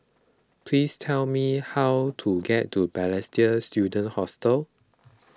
please tell me how to get to Balestier Student Hostel